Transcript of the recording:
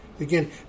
Again